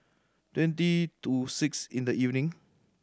twenty to six in the evening